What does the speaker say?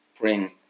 bring